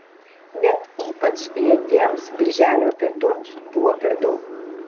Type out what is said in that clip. net ypač lėtiems birželio pietums buvo per daug